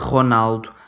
Ronaldo